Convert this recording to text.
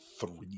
three